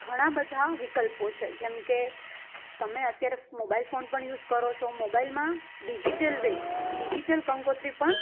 ઘણાં બધાં વિકલ્પો છે જેમકે તમે અત્યારે મોબાઈલ ફોન પણ યુસ કરો છો મોબાઈલમાં ડિઝિટલ વે ડિઝિટલ કંકોત્રી પણ